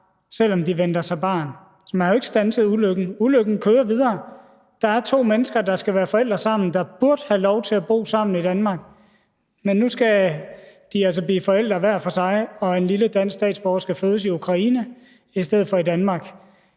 selv om de venter barn. Så man har jo ikke standset ulykken. Ulykken kører videre. Der er to mennesker, der skal være forældre sammen, der burde have lov til at bo sammen i Danmark, men nu skal de altså blive forældre hver for sig, og en lille dansk statsborger skal fødes i Ukraine i stedet for i Danmark.